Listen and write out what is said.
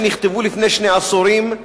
שנכתבו לפני שני עשורים,